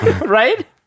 Right